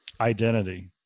identity